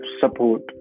support